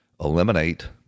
eliminate